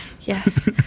Yes